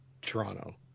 toronto